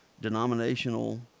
denominational